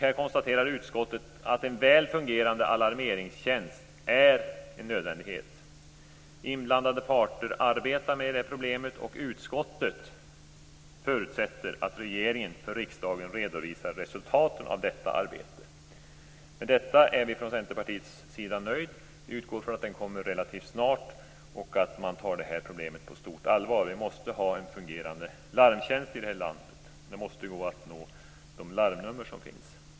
Här konstaterar utskottet att en väl fungerande alarmeringstjänst är en nödvändighet. Inblandade parter arbetar med det här problemet, och utskottet förutsätter att regeringen för riksdagen redovisar resultaten av detta arbete. Med detta är vi från Centerpartiets sida nöjda. Vi utgår från att det här kommer relativ snart och att man tar det här problemet på stort allvar. Vi måste ha en fungerande larmtjänst i det här landet. Det måste gå att nå de larmnummer som finns.